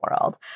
world